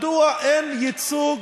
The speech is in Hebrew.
מדוע אין ייצוג